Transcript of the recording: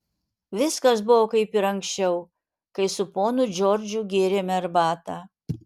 viskas buvo kaip ir anksčiau kai su ponu džordžu gėrėme arbatą